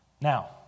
Now